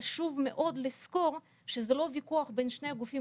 חשוב מאוד לזכור שזה לא ויכוח בין שני הגופים